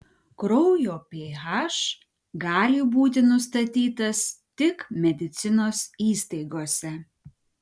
kraujo ph gali būti nustatytas tik medicinos įstaigose